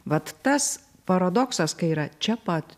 vat tas paradoksas kai yra čia pat